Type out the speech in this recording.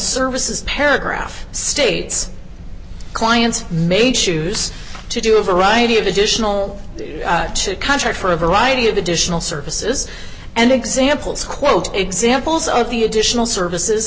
services paragraph states clients may choose to do a variety of additional contract for a variety of additional services and examples quote examples of the additional services